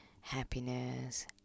happiness